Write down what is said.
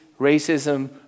racism